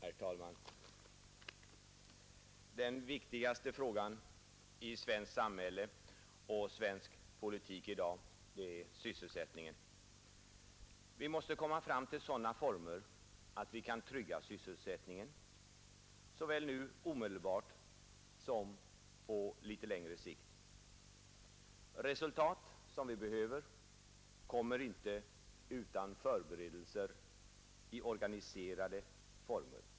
Herr talman! Den viktigaste frågan i svenskt samhälle och i svensk politik i dag är sysselsättningen. Vi måste komma fram till sådana former att vi kan trygga sysselsättningen, såväl omedelbart som på litet längre sikt. Resultat som vi behöver kommer inte utan förberedelse i organiserade former.